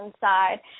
side